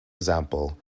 example